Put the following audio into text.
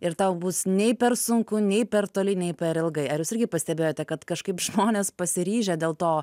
ir tau bus nei per sunku nei per toli nei per ilgai ar jūs irgi pastebėjote kad kažkaip žmonės pasiryžę dėl to